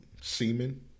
Semen